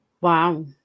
Wow